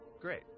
Great